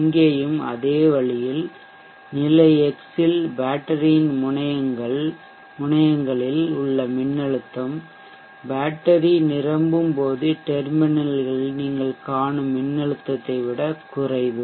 இங்கேயும் அதே வழியில் நிலை x இல் பேட்டரியின் முனையங்களில் உள்ள மின்னழுத்தம் பேட்டரி நிரம்பும்போது டெர்மினல்களில் நீங்கள் காணும் மின்னழுத்தத்தை விட குறைவு